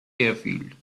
airfield